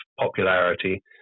popularity